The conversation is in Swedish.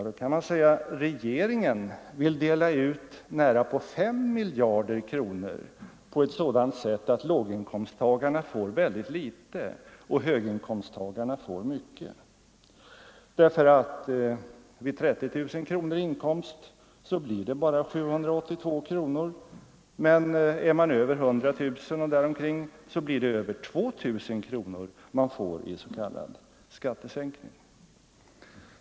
Då kan man säga att regeringen vill dela ut nära 5 miljarder kronor på ett sådant sätt att låginkomsttagarna får väldigt litet och höginkomsttagarna får väldigt mycket. Vid 30 000 kronor i inkomst blir det bara 782 kronor, men har man en inkomst på 100 000 kronor och däromkring, blir det över 2 000 kronor man får i s.k. skattesänkning.